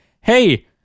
hey